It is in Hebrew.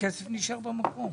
הכסף נשאר במקום.